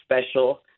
special